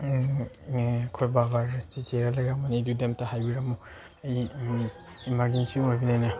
ꯑꯩꯈꯣꯏ ꯕꯕꯥꯒ ꯆꯦꯆꯦꯒ ꯂꯩꯔꯝꯒꯅꯤ ꯑꯗꯨꯗꯤ ꯑꯃꯨꯛꯇ ꯍꯥꯏꯕꯤꯔꯝꯃꯨ ꯑꯩ ꯑꯦꯃꯥꯔꯖꯦꯟꯁꯤ ꯑꯣꯏꯕꯅꯤꯅꯦ